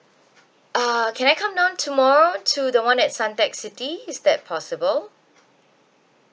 uh can I come down tomorrow to the one at suntec city is that possible